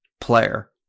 player